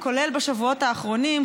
כולל בשבועות האחרונים,